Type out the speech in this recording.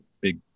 big